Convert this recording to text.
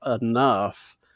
enough